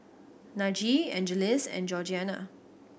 Najee Angeles and Georgianna